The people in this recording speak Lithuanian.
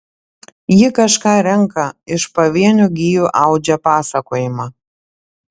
ji kažką renka iš pavienių gijų audžia pasakojimą